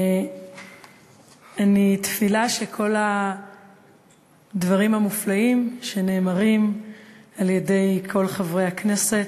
אני תפילה שכל הדברים המופלאים שנאמרים על-ידי כל חברי הכנסת